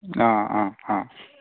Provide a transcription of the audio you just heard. অ' অ' অ'